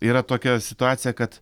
yra tokia situacija kad